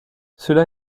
cela